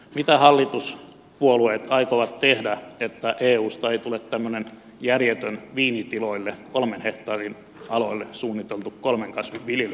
mitä hallituspuolueet aikovat tehdä että eusta ei tule tämmöinen järjetön viinitiloille kolmen hehtaarin aloille suunniteltu kolmen kasvin viljelypakko suomeen